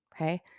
okay